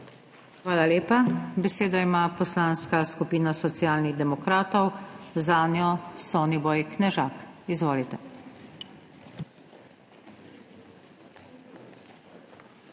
Hvala lepa. Besedo ima Poslanska skupina Socialnih demokratov, zanjo Soniboj Knežak. Izvolite.